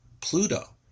Pluto